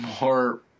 more